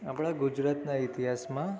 આપણાં ગુજરાતના ઇતિહાસમાં